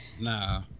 nah